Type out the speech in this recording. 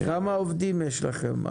כמה עובדים יש לכם?